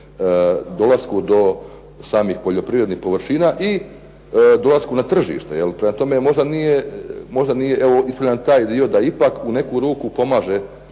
dolasku do samih poljoprivrednih površina i dolaskom na tržište. Prema tome, možda nije, evo ispravljam taj dio da ipak u neku ruku pomaže